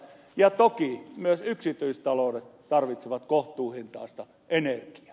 ja toki myös yksityistaloudet tarvitsevat kohtuuhintaista energiaa